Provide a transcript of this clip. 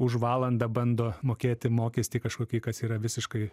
už valandą bando mokėti mokestį kažkokį kas yra visiškai